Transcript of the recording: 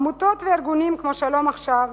עמותות וארגונים כמו "שלום עכשיו"